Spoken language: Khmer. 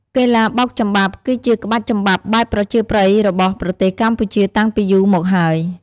កីឡាបោកចំបាប់ គឺជាក្បាច់ចំបាប់បែបប្រជាប្រិយរបស់ប្រទេសកម្ពុជាតាំងពីយូមកហើយ ។